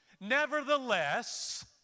Nevertheless